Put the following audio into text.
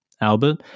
Albert